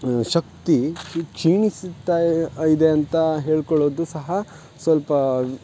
ಶಕ್ತಿ ಕ್ಷೀಣಿಸುತ್ತಾ ಇದೆ ಅಂತ ಹೇಳ್ಕೊಳ್ಳೋದು ಸಹ ಸ್ವಲ್ಪ